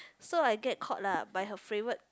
so I get called lah by her favourite